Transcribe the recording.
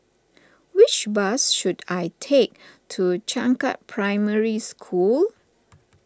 which bus should I take to Changkat Primary School